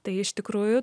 tai iš tikrųjų